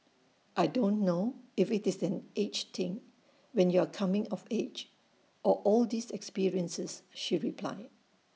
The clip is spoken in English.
I don't know if IT is an age thing when you're coming of age or all these experiences she replied